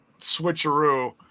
switcheroo